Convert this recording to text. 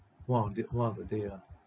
one of day one of the day ah